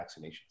vaccinations